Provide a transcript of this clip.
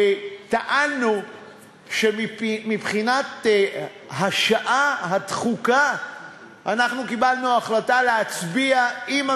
טענו שמבחינת השעה הדחוקה אנחנו קיבלנו החלטה להצביע עם הממשלה,